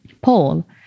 Paul